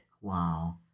Wow